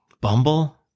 Bumble